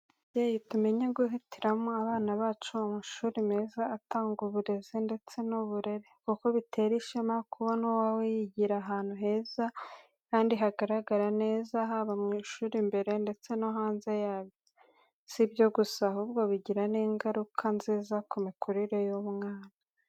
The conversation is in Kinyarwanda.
Babyeyi, tumenye guhitiramo abana bacu amashuri meza atanga uburezi ndetse n’uburere, kuko bitera ishema kubona uwawe yigira heza kandi hagaragara neza haba mu ishuri imbere ndetse no hanze yaryo. Si ibyo gusa, ahubwo bigira n’ingaruka nziza ku mikurire y’umwana.